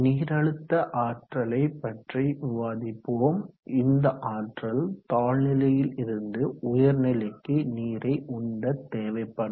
நீரழுத்த ஆற்றலை பற்றி விவாதிப்போம் இந்த ஆற்றல் தாழ்நிலையில் இருந்து உயர்நிலைக்கு நீரை உந்த தேவைப்படும்